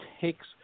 takes